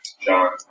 John